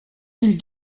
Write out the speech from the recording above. villes